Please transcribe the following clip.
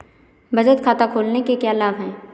बचत खाता खोलने के क्या लाभ हैं?